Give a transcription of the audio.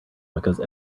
because